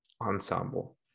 ensemble